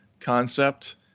concept